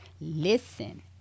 listen